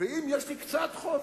ואם יש לי קצת חופש,